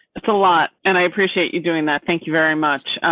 it's a lot and i appreciate you doing that. thank you very much.